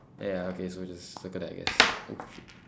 oh ya okay so just look circle that I guess oh shit